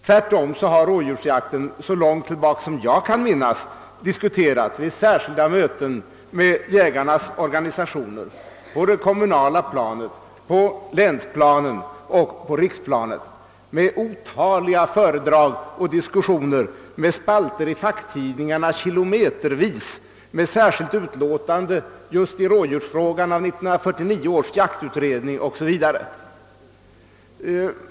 Tvärtom har rådjursjakten så långt tillbaka jag kan minnas diskuterats vid särskilda möten med jägarnas organisationer, på det kommunala planet, på länsoch riksplanet, vid otaliga föredrag och diskussioner, med spalter ki Iometervis i facktidningarna, med” särskilt utlåtande just i rådjursfrågan av 1949 års jaktutredning o.s.v.